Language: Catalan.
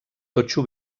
totxo